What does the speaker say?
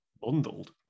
Bundled